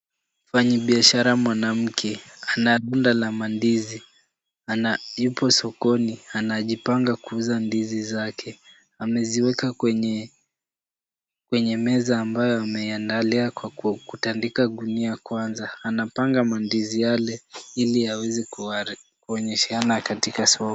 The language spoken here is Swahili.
Mfanyibiashara mwanamke ana dunda la mandizi ana yupo sokoni anajipanga kuuza ndizi zake .Ameziweka kwenye meza ambayo ameiandalia kwa kutandika gunia kwanza .Anapanga mandizi yale ili aweze kuware kuonyesheana katika soko.